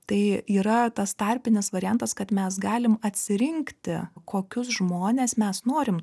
tai yra tas tarpinis variantas kad mes galim atsirinkti kokius žmones mes norim